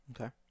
Okay